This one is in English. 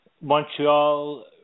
Montreal